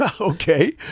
Okay